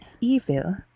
Evil